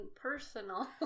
personal